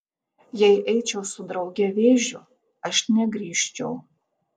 jei eičiau su drauge vėžiu aš negrįžčiau